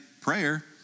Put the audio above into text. prayer